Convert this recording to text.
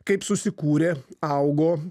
kaip susikūrė augo